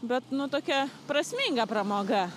bet nu tokia prasminga pramoga